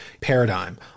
paradigm